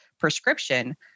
prescription